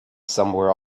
somewhere